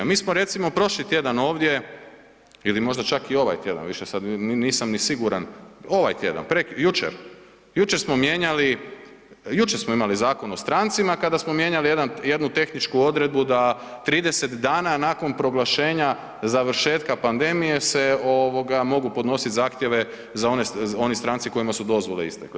Mi smo recimo prošli tjedan ovdje ili možda čak i ovaj tjedan, više sad nisam ni siguran, ovaj tjedan, jučer, jučer smo mijenjali, jučer smo imali Zakon o strancima kada smo mijenjali jedan, jednu tehničku odredbu da 30 dana nakon proglašenja završetka pandemije se ovoga mogu podnosit zahtjeve za one, oni stranci kojima su dozvole istekle.